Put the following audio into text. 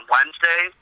Wednesday